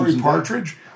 Partridge